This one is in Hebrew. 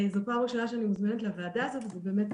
זו הפעם הראשונה שאני מוזמנת לוועדה הזו וזה באמת